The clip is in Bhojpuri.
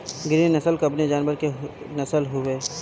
गिरी नश्ल कवने जानवर के नस्ल हयुवे?